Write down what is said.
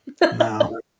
No